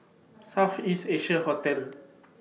South East Asia Hotel